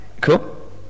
Cool